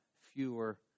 fewer